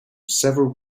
several